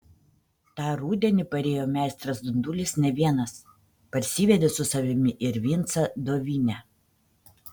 tą rudenį parėjo meistras dundulis ne vienas parsivedė su savimi ir vincą dovinę